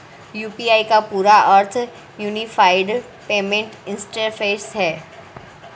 UPI का पूरा अर्थ यूनिफाइड पेमेंट इंटरफ़ेस है